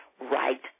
right